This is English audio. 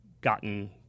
gotten